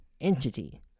entity